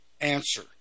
answer